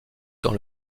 dans